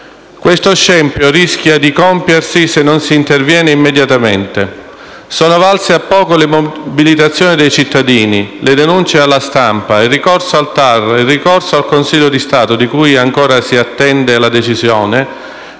Questo scempio rischia di compiersi, se non si interviene immediatamente. Sono valse a poco le mobilitazioni dei cittadini, le denunce della stampa, il ricorso al TAR e successivamente al Consiglio di Stato (di cui ancora si attende la decisione)